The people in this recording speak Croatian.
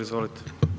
Izvolite.